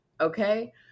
okay